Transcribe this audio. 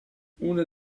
una